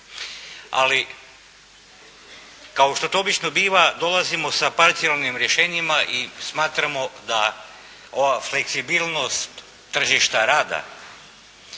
Ali kao što to obično biva dolazimo sa parcijalnim rješenjima i smatramo da ova fleksibilnost tržišta rada